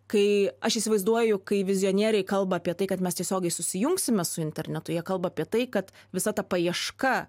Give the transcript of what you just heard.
kai aš įsivaizduoju kai vizionieriai kalba apie tai kad mes tiesiogiai susijungsime su internetu jie kalba apie tai kad visa ta paieška